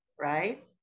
right